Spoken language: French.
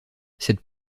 cette